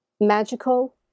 magical